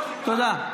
זה לא מקובל.